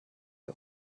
der